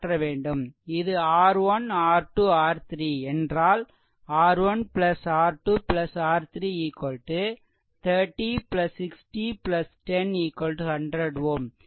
இது R1 R2 R3 என்றால் R1 R2 R3 30 60 10 100 Ω